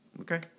Okay